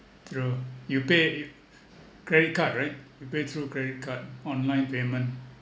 true you pay credit card right you pay through credit card online payment